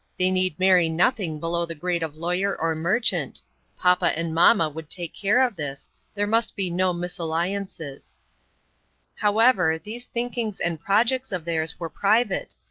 they need marry nothing below the grade of lawyer or merchant poppa and momma would take care of this there must be no mesalliances. however, these thinkings and projects of theirs were private,